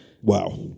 Wow